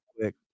quick